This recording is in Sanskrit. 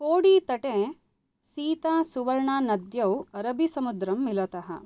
कोडी तटे सीतासुवर्णानद्यौ अरब्बी समुद्रं मिलत